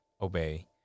obey